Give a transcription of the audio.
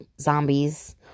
zombies